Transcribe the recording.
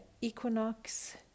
equinox